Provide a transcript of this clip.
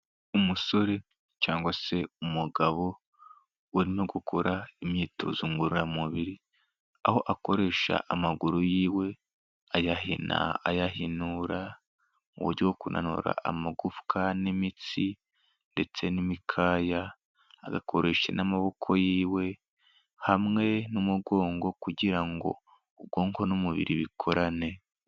Umusore cyangwa se umugabo. We no gukora imyitozo ngororamubiri, aho akoresha amaguru yiwe, ayahina, ayahinura, mu buryo bwo kunanura amagufwa n'imitsi, ndetse n'imikaya, agakoresha n'amaboko yiwe, hamwe n'umugongo, kugira ngo ubwonko n'umubiri bikorane.